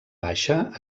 baixa